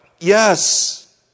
Yes